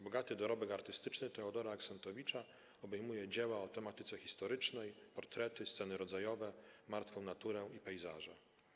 Bogaty dorobek artystyczny Teodora Axentowicza obejmuje dzieła o tematyce historycznej, portrety, sceny rodzajowe, martwą naturę i pejzaże.